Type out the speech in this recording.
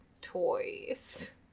toys